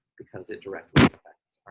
because it directly affects